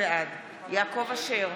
בעד יעקב אשר,